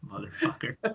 Motherfucker